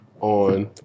on